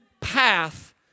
path